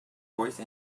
voice